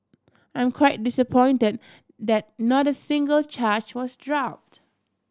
I'm quite disappoint that not single charge was dropped